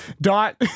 Dot